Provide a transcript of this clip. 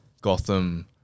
Gotham